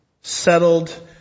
settled